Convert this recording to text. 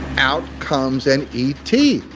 out comes an e t.